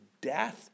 death